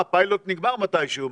פיילוט נגמר מתי שהוא,